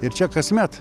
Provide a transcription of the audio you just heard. ir čia kasmet